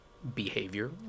behavior